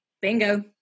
Bingo